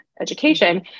education